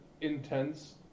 intense